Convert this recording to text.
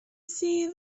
see